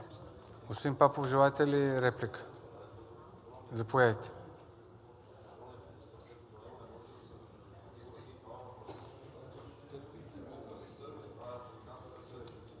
Господин Папов, желаете ли реплика? Заповядайте.